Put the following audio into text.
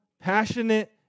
passionate